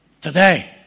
Today